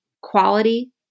quality